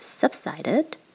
subsided